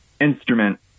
instrument